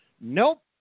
nope